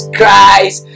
Christ